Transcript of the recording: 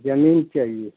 जमीन चाहिए